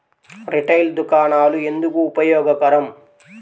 Retail దుకాణాలు ఎందుకు ఉపయోగకరం?